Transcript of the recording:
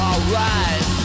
Alright